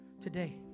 Today